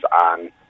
on